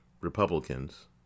Republicans